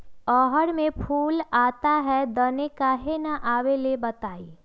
रहर मे फूल आता हैं दने काहे न आबेले बताई?